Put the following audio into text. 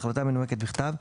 בהחלטה מנומקת בכתב,